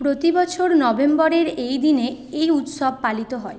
প্রতি বছর নভেম্বরের এই দিনে এই উৎসব পালিত হয়